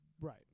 right